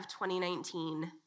2019